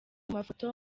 mafoto